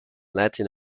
latin